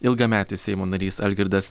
ilgametis seimo narys algirdas